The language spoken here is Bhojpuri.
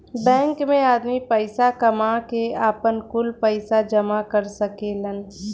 बैंक मे आदमी पईसा कामा के, आपन, कुल पईसा जामा कर सकेलन